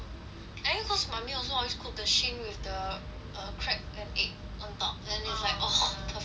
I think cause mummy also always cook the Shin with the err cracked an egg on top then it's like oh perfection